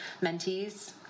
mentees